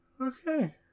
Okay